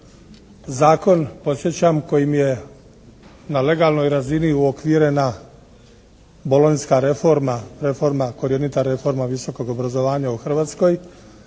Zakon podsjećam, kojim je na legalnoj razini uokvirena Bolonjska reforma, reforma, korjenita reforma visokog obrazovanja u Hrvatskoj,